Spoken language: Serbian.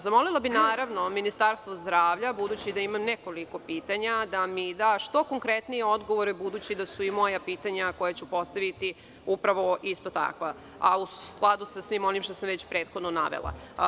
Zamolila bih Ministarstvo zdravlja, budući da imam nekoliko pitanja, da mi da što konkretnije odgovore, budući da su i moja pitanja koja ću postaviti upravo isto takva, a u skladu sa svim onim što sam već prethodno navela.